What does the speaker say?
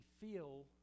feel